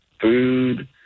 food